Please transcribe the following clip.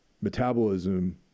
metabolism